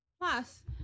Plus